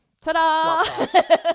Ta-da